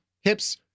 hips